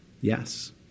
yes